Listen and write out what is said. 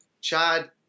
Chad